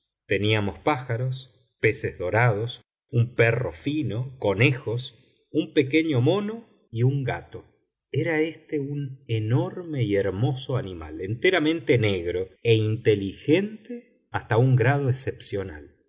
teníamos pájaros peces dorados un perro fino conejos un pequeño mono y un gato era éste un enorme y hermoso animal enteramente negro e inteligente hasta un grado excepcional